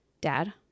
Dad